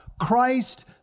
Christ